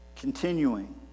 Continuing